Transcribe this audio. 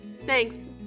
Thanks